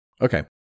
Okay